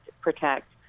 protect